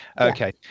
Okay